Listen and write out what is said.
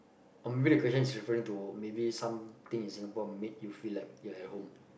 or maybe the question is referring to maybe something in Singapore make you feel like you're at home